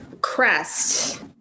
crest